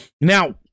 Now